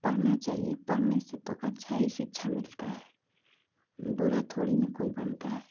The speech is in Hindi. पढ़ना चाहिए पढ़ने से तो अच्छा ही शिक्षा मिलता है बुरा थोड़ी ना कोई बनता है